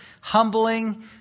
humbling